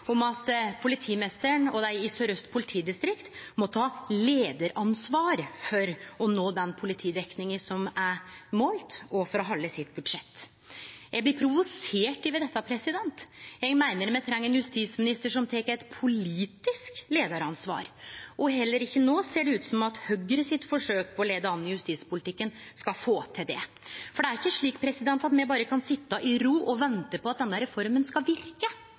at politimeisteren og dei i Sør-Aust politidistrikt må ta leiaransvar for å nå den politidekninga som er målt, og for å halde budsjettet sitt. Eg blir provosert av dette. Eg meiner me treng ein justisminister som tek eit politisk leiaransvar, og heller ikkje no ser det ut til at Høgres forsøk på å leie an i justispolitikken skal få til det. Det er ikkje slik at me berre kan sitje i ro og vente på at denne reforma skal verke.